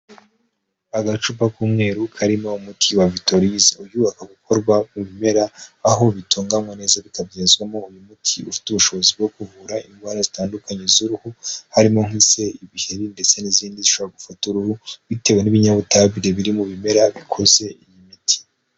Agacupa k'umweru karimo umuti wa Vitolize, uyu ubaka gukorwa mu bimera aho bitunganywa neza bikabyazwamo uyu muti ufite ubushobozi bwo kuvura indwara zitandukanye z'uruhu harimo nk'ise, ibiheri ndetse n'izindi zishobora gufata uruhu bitewe n'ibinyabutabire biri mu bimera bikoze iyi miti.